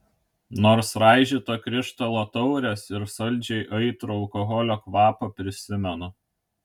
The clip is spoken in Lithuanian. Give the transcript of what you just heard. nors raižyto krištolo taures ir saldžiai aitrų alkoholio kvapą prisimenu